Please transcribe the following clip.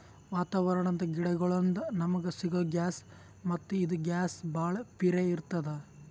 ವಾತಾವರಣದ್ ಗಿಡಗೋಳಿನ್ದ ನಮಗ ಸಿಗೊ ಗ್ಯಾಸ್ ಮತ್ತ್ ಇದು ಗ್ಯಾಸ್ ಭಾಳ್ ಪಿರೇ ಇರ್ತ್ತದ